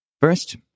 First